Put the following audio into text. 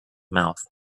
mouth